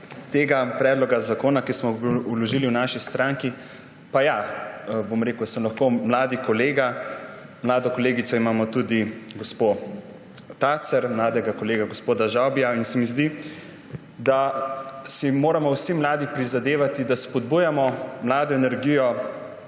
tega predloga zakona, ki smo ga vložili v naši stranki, pa ja, bom rekel, sem lahko mladi kolega, imamo tudi mlado kolegico gospo Tacer, mladega kolega gospoda Žavbija. Zdi se mi, da si moramo vsi mladi prizadevati, da spodbujamo mlado energijo